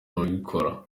abikora